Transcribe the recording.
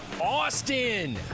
Austin